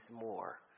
more